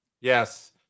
Yes